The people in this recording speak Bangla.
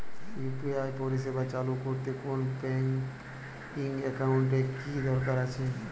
ইউ.পি.আই পরিষেবা চালু করতে কোন ব্যকিং একাউন্ট এর কি দরকার আছে?